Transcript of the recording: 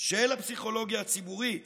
של הפסיכולוגיה הציבורית